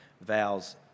vows